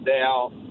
now